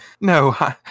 No